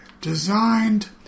designed